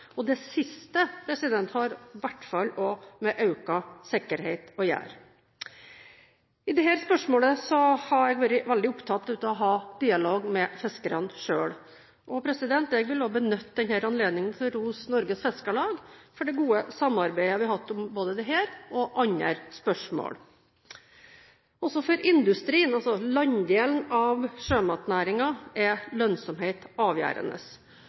båt. Det siste har med økt sikkerhet å gjøre. I dette spørsmålet har vi vært svært opptatt av å ha dialog med fiskerne selv, og jeg vil benytte anledningen til å rose Norges Fiskarlag for det gode samarbeidet vi har hatt om dette og om andre spørsmål. Også for industrien – landdelen av sjømatnæringen – er lønnsomhet avgjørende.